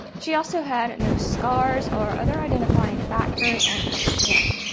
she also had no scars or other identifying factors on her skin.